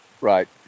Right